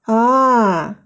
ah